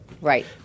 Right